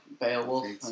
Beowulf